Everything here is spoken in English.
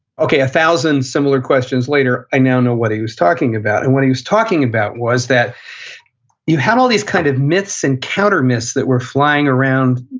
okay, a thousand similar questions later, i now know what he was talking about. and what he was talking about was that you've had all of these kind of myths and counter-myths that were flying around,